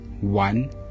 one